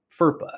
FERPA